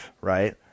right